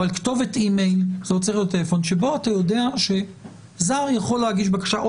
אבל כתובת שבה אתה יודע שזר יכול להגיש בקשה - או